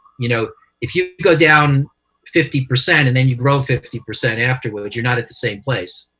you know if you go down fifty percent and then you grow fifty percent afterwards, you're not at the same place.